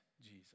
Jesus